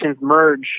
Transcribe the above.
merge